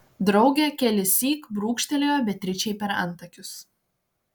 draugė kelissyk brūkštelėjo beatričei per antakius